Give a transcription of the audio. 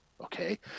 Okay